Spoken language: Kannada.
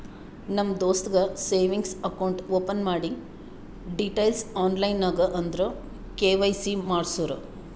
ನಮ್ ದೋಸ್ತಗ್ ಸೇವಿಂಗ್ಸ್ ಅಕೌಂಟ್ ಓಪನ್ ಮಾಡಿ ಡೀಟೈಲ್ಸ್ ಆನ್ಲೈನ್ ನಾಗ್ ಅಂದುರ್ ಕೆ.ವೈ.ಸಿ ಮಾಡ್ಸುರು